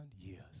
years